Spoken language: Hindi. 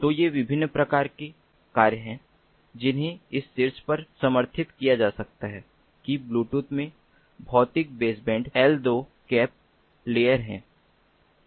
तो ये विभिन्न प्रकार के कार्य हैं जिन्हें इस शिर्ष पर समर्थित किया जा सकता है कि ब्लूटूथ में भौतिक बेसबैंड L2CAP लेयर है